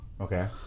Okay